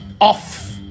off